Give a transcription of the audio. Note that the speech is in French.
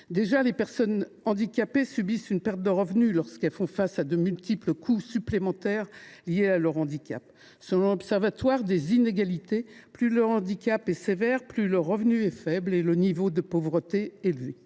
santé. Les personnes handicapées subissent déjà une perte de revenus, alors qu’elles font face à de multiples coûts supplémentaires liés à leur handicap. Selon l’Observatoire des inégalités, plus le handicap est sévère, plus le revenu est faible, et le niveau de pauvreté élevé.